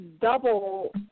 double